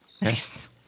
Nice